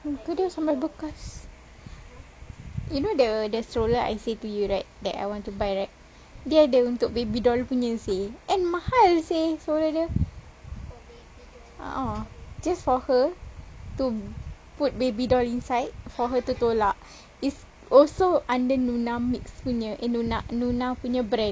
muka dia sampai bekas you know the the stroller I say to you right that I want to buy right dia ada untuk baby doll punya seh and mahal seh stroller dia a'ah just for her to put baby doll inside for her to tolak is also under Nuna Mixx punya eh Nuna Nuna punya brand